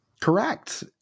Correct